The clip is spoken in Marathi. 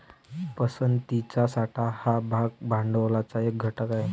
पसंतीचा साठा हा भाग भांडवलाचा एक घटक आहे